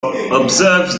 observes